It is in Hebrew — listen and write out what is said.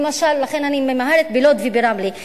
למשל בלוד וברמלה,